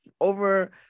over